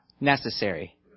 necessary